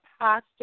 pastor